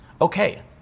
Okay